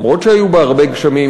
למרות שהיו בה הרבה גשמים,